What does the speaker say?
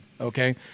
okay